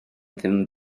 ddim